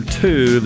two